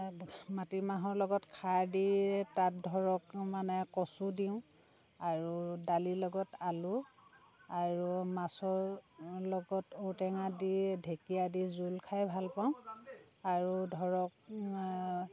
মাটিমাহৰ লগত খাৰ দিয়ে তাত ধৰক মানে কচু দিওঁ আৰু দালি লগত আলু আৰু মাছৰ লগত ঔ টেঙা দি ঢেকীয়া দি জোল খাই ভাল পাওঁ আৰু ধৰক